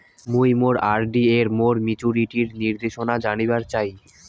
মুই মোর আর.ডি এর মোর মেচুরিটির নির্দেশনা জানিবার চাই